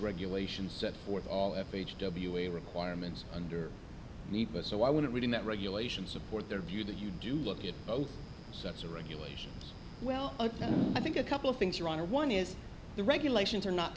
regulations set forth all f h w a requirements under nepa so i wouldn't read in that regulation support their view that you do look at both sets of regulations well i think a couple of things are wrong or one is the regulations are not